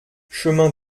chemin